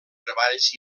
treballs